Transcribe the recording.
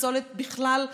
פסולת בכלל,